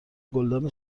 گلدان